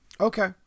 Okay